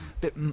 bit